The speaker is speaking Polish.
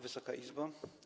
Wysoka Izbo!